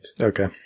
okay